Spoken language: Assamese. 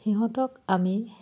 সিহঁতক আমি